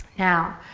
now,